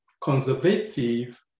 conservative